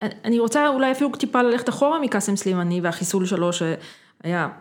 אני רוצה אולי אפילו טיפה ללכת אחורה מקאסם סלימני והחיסול שלו שהיה